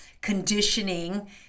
conditioning